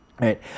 Right